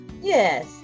Yes